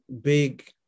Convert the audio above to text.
big